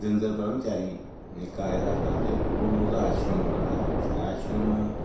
दे अंदर ब्रह्मचारी इक आये दा हा ते ओह्दा आश्रम बना दा हा उ'त्थें आश्रम